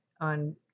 on